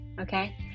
okay